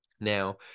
Now